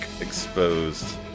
exposed